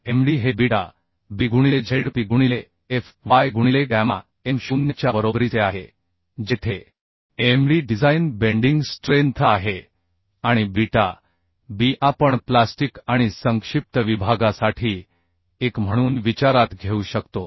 Md हे beta b गुणिले Zp गुणिले Fy गुणिले गॅमाM 0 च्या बरोबरीचे आहे जेथे Md डिझाइन बेंडिंग स्ट्रेंथ आहे आणि बीटा b आपण प्लास्टिक आणि संक्षिप्त विभागासाठी 1 म्हणून विचारात घेऊ शकतो